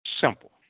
Simple